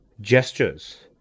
gestures